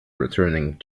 returning